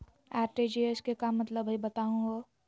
RTGS के का मतलब हई, बताहु हो?